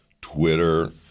Twitter